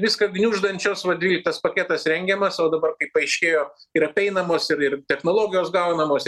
viską gniuždančios va dvyliktas paketas rengiamas o dabar kai paaiškėjo ir apeinamos ir ir technologijos gaunamos